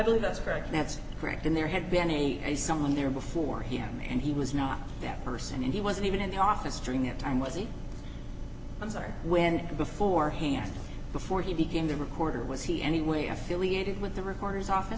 believe that's correct that's correct and there had been e a someone there before him and he was not that person and he wasn't even in the office during that time was he i'm sorry when beforehand before he became the recorder was he anyway affiliated with the recorders of